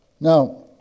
Now